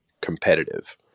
competitive